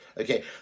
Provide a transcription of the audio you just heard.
Okay